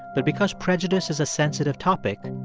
but because prejudice is a sensitive topic,